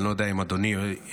אני לא יודע אם אדוני מכיר,